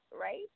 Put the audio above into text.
right